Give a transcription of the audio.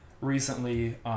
recently